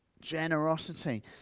generosity